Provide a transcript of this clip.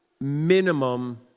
Minimum